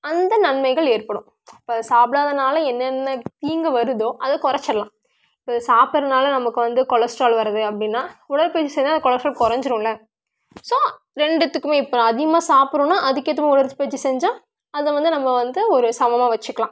அந்த நன்மைகள் ஏற்படும் சாப்பிடாதனால என்னென்ன தீங்கு வருதோ அதை கொறச்சிடலாம் சாப்புட்றதுனால நமக்கு வந்து கொலஸ்ட்ரால் வருது அப்படின்னா உடற்பயிற்சி செஞ்சால் அந்த கொலஸ்ட்ரால் கொறைஞ்சிரும்ல ஸோ ரெண்டுத்துக்கும் இப்போது அதிகமாக சாப்பிட்றோன்னா அதுக்கேற்ற மாதிரி உடற்பயிற்சி செஞ்சால் அதை வந்து நம்ம வந்து ஒரு சமமாக வைச்சுக்கலாம்